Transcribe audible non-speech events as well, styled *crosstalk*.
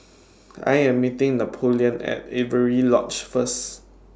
*noise* I Am meeting Napoleon At Avery Lodge First